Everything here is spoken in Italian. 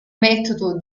metodo